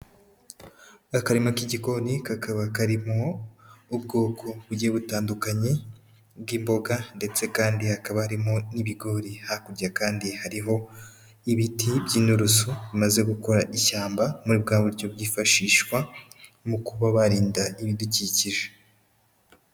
Akarima k'igikoni kakaba karimo ubwoko bugite butandukanye bw'imboga ndetse kandi hakaba harimo n'ibigori, hakurya kandi hariho ibiti by'inturusu bimaze gukora ishyamba muri bwa buryo bwifashishwa mu kuba barinda ibidukikije.